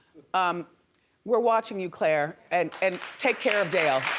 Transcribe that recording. um we're watching you claire, and and take care of dale.